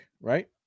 Right